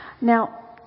Now